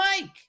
Mike